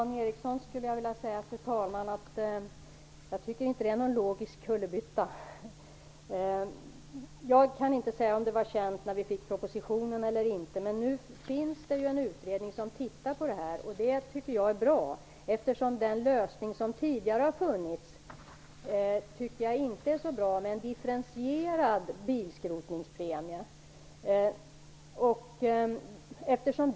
Fru talman! Jag tycker inte att detta är någon logisk kullerbytta, Dan Ericsson. Jag kan inte säga om utredningen var känd vid tiden för propositionen, men nu finns det en utredning som tittar på detta. Det tycker jag är bra. Den lösning som tidigare har funnits, med en differentierad bilskrotningspremie tycker jag inte är så bra.